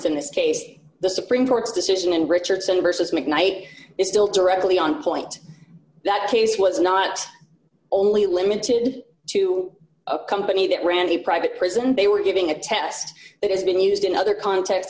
in this case the supreme court's decision in richardson versus mcknight is still directly on point that case was not only limited to a company that randy private prison they were giving a test that has been used in other context